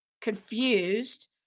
confused